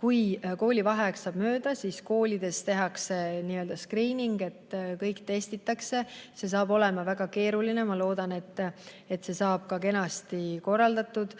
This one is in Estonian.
kui koolivaheaeg saab mööda, siis koolides tehakse n-ö skriining. Kõik testitakse, see saab olema väga keeruline. Ma loodan, et see saab siiski kenasti korraldatud,